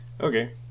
Okay